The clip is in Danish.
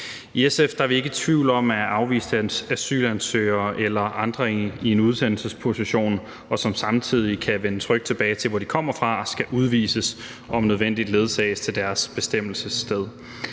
I SF er vi ikke i tvivl om, at afviste asylansøgere eller andre, som er i en udsendelsesposition, og som samtidig kan vende trygt tilbage til, hvor de kommer fra, skal udvises og om nødvendigt ledsages til deres bestemmelsessted.